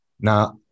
Now